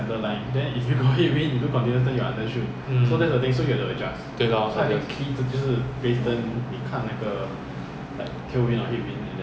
so 我就看那个 wind vector on N_D lah 因为他们每次在那边讲说 two three zero one five knot 我在那边 two three zero 在那里 ah